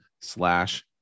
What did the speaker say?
slash